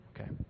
okay